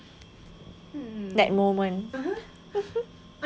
that moment